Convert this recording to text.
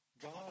God